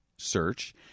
Search